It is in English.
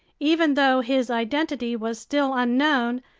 even though his identity was still unknown,